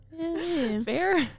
Fair